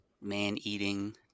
man-eating